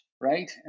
right